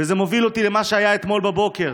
וזה מוביל אותי למה שהיה אתמול בבוקר.